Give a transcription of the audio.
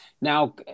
Now